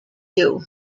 you